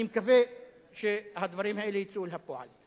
אני מקווה שהדברים האלה יצאו אל הפועל,